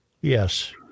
Yes